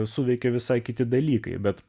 suveikė visai kiti dalykai bet